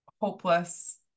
hopeless